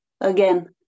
again